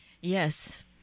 Yes